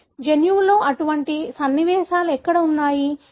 మీ జన్యువులో అటువంటి సన్నివేశాలు ఎక్కడ ఉన్నాయి